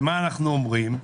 ומה אנחנו אומרים?